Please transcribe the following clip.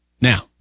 Now